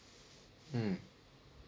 mm